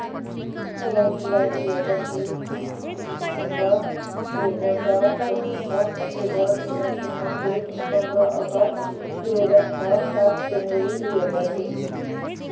सोह्र जुलाई दुई हजार बिस तिस डिसेम्बर दुई हजार दस दस अक्टोबर उन्नाइस सौ नब्बे पन्ध्र अगस्ट दुई हजार छ सात जनवरी दुई हजार एक